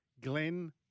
glenn